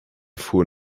fuhr